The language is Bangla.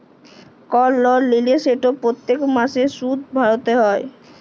কল লল লিলে সেট প্যত্তেক মাসে সুদ ভ্যইরতে হ্যয়